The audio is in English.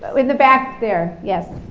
in the back there, yes.